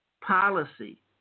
policy